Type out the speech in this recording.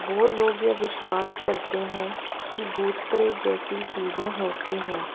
वो लोग ये विश्वास करते हैं की भूत प्रेत जैसी चीज़ें होती हैं